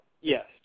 yes